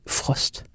frost